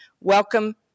Welcome